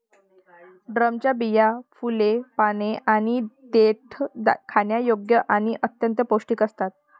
ड्रमच्या बिया, फुले, पाने आणि देठ खाण्यायोग्य आणि अत्यंत पौष्टिक असतात